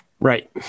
Right